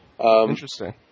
Interesting